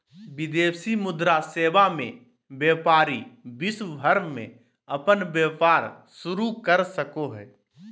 विदेशी मुद्रा सेवा मे व्यपारी विश्व भर मे अपन व्यपार शुरू कर सको हय